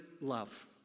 love